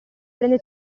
prende